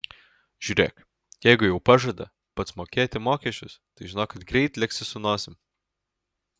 žiūrėk jeigu jau pažada pats mokėti mokesčius tai žinok kad greit liksi su nosim